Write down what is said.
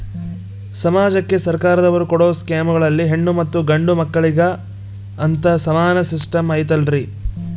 ಸಮಾಜಕ್ಕೆ ಸರ್ಕಾರದವರು ಕೊಡೊ ಸ್ಕೇಮುಗಳಲ್ಲಿ ಹೆಣ್ಣು ಮತ್ತಾ ಗಂಡು ಮಕ್ಕಳಿಗೆ ಅಂತಾ ಸಮಾನ ಸಿಸ್ಟಮ್ ಐತಲ್ರಿ?